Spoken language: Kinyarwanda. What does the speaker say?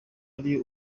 ari